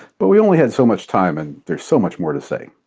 but we only had so much time and there's so much more to say.